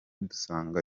dusanga